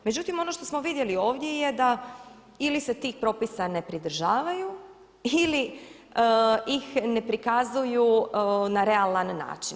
Međutim, ono što smo vidjeli ovdje je da ili se tih propisa ne pridržavaju ili ih ne prikazuju na realan način.